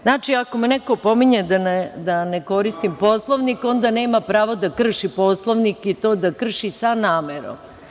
Znači, ako me neko opominje da ne koristim Poslovnik, onda nema pravo da krši Poslovnik i to da krši sa namerom.